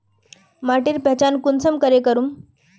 माटिर पहचान कुंसम करे करूम?